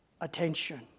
attention